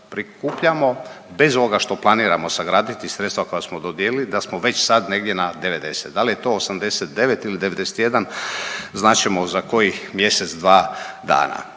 prikupljamo, bez ovoga što planiramo sagraditi, sredstva koja smo dodijelili da smo već sad negdje na 90. Da li je to 89 ili 91, znat ćemo za kojih mjesec, dva dana.